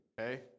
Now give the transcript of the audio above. okay